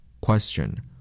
Question